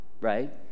right